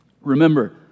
Remember